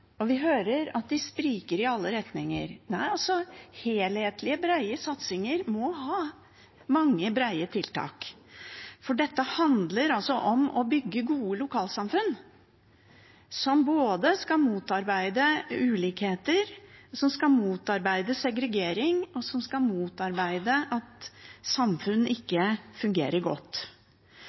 og vi hører at de spriker i alle retninger. Nei – helhetlige, brede satsinger må ha mange brede tiltak, for dette handler om å bygge gode lokalsamfunn som både skal motarbeide ulikheter, motarbeide segregering og motarbeide at samfunn ikke fungerer godt.